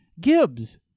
Gibbs